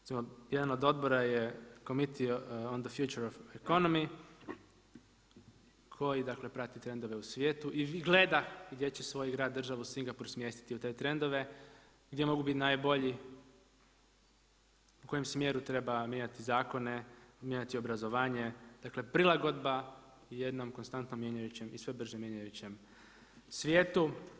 Recimo jedan od odbora je committee on the future of economy koji dakle prati trendove u svijetu i gleda gdje će svoj grad, državu Singapur smjestiti u te trendove gdje mogu biti najbolji, u kojem smjeru treba mijenjati zakone, mijenjati obrazovanje, dakle prilagodba jednom konstantnom mijenjajućem i sve bržem mijenjajućem svijetu.